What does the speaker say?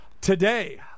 today